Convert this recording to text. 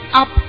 up